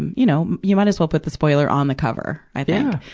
and you know, you might as well put the spoiler on the cover, i think.